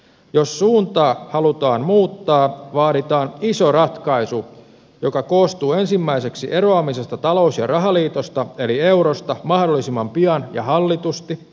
jos suuntaa halutaan muuttaa vaaditaan iso ratkaisu joka koostuu ensimmäiseksi eroamisesta talous ja rahaliitosta eli eurosta mahdollisimman pian ja hallitusti